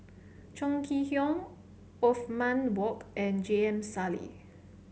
Chong Kee Hiong Othman Wok and J M Sali